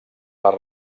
per